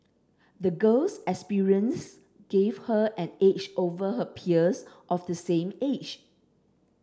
the girl's experience gave her an edge over her peers of the same age